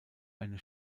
eine